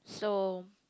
so